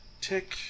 tick